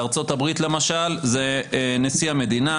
בארצות הברית למשל זה נשיא המדינה,